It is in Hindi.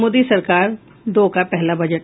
मोदी सरकार दो का पहला बजट